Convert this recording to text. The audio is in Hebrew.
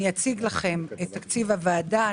אני אציג לכם את תקציב הוועדה.